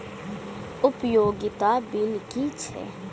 उपयोगिता बिल कि छै?